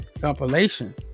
compilation